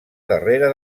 darrere